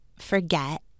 forget